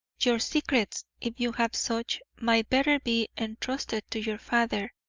your secrets, if you have such, might better be entrusted to your father.